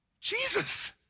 Jesus